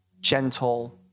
gentle